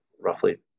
roughly